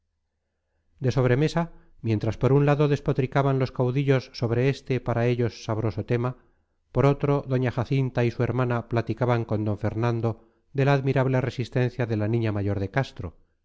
de sobremesa mientras por un lado despotricaban los caudillos sobre este para ellos sabroso tema por otro doña jacinta y su hermana platicaban con d fernando de la admirable resistencia de la niña mayor de castro